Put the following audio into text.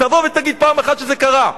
תבוא ותגיד פעם אחת שזה קרה,